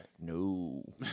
No